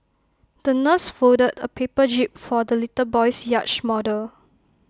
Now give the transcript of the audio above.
the nurse folded A paper jib for the little boy's yacht model